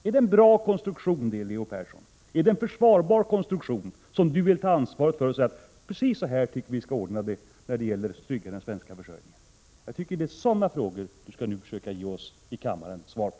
Är det en bra konstruktion, är det en försvarbar konstruktion? Vill Leo Persson ta ansvar för den och säga: Precis så här tycker jag vi skall ordna det när det gäller att trygga den svenska oljeförsörjningen? Det är sådana frågor som vi nu vill ha svar på.